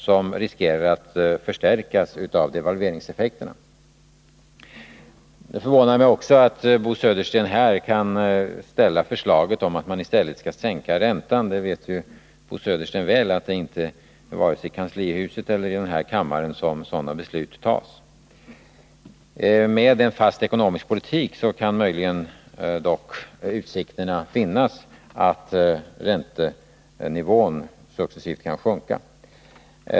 Annars riskerar vi att den kommer att förstärkas av devalveringseffekterna. Det förvånar mig också att Bo Södersten här kan ställa förslaget om att man i stället skall sänka räntan. Bo Södersten vet ju mycket väl att det inte är vare sig i kanslihuset eller i den här kammaren som sådana beslut fattas. Med en fast ekonomisk politik kan dock möjligen utsikter finnas till att räntenivån successivt kan sjunka.